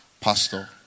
pastor